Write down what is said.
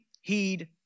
heed